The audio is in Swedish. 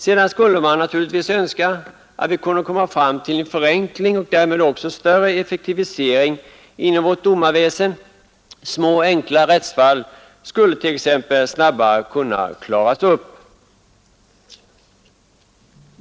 Sedan skulle man naturligtvis önska att vi kunde komma fram till en förenkling och därmed också till större effektivisering inom vårt domstolsväsen. Små enkla rättsfall skulle t.ex. snabbare kunna klaras upp.